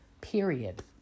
Period